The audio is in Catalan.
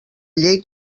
llei